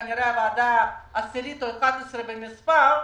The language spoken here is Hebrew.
כנראה הוועדה העשירית או ה-11 במספר,